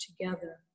together